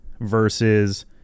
versus